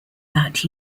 that